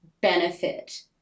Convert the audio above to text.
benefit